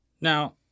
Now